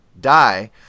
die